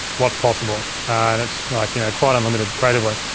what's possible, and it's like you know quite unlimited creatively.